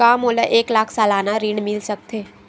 का मोला एक लाख सालाना ऋण मिल सकथे?